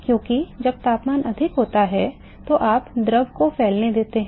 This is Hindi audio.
क्योंकि जब तापमान अधिक होता है तो आप द्रव को फैलने देते हैं